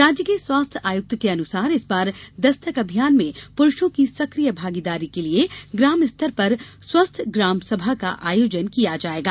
राज्य के स्वास्थ्य आयुक्त के अनुसार इस बार दस्तक अभियान में पुरूषों की सकिय भागीदारी के लिए ग्राम स्तर पर स्वस्थ ग्रामसभा का आयोजन किया जायेगा